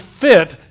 fit